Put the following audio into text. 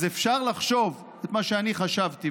אז אפשר לחשוב מה שאני חשבתי,